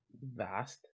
vast